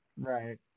right